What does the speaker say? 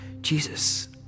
Jesus